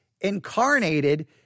incarnated